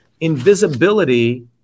invisibility